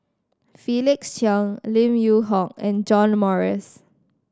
Felix Cheong Lim Yew Hock and John Morrice